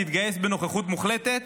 להתגייס בנוכחות מוחלטת.